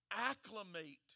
acclimate